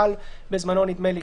מיכל בזמנו נדמה לי.